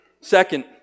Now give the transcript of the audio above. Second